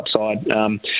upside